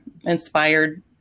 inspired